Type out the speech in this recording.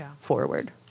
forward